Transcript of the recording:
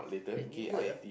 eh new word ah